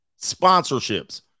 sponsorships